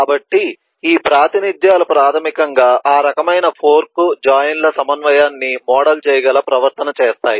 కాబట్టి ఈ ప్రాతినిధ్యాలు ప్రాథమికంగా ఆ రకమైన ఫోర్క్ జాయిన్ ల సమన్వయాన్ని మోడల్ చేయగల ప్రవర్తన చేస్తాయి